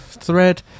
Thread